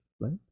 right